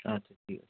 আচ্ছা ঠিক আছে